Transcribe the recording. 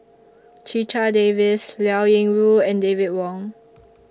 Checha Davies Liao Yingru and David Wong